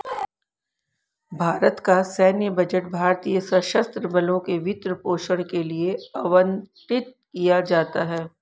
भारत का सैन्य बजट भारतीय सशस्त्र बलों के वित्त पोषण के लिए आवंटित किया जाता है